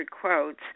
quotes